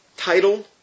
title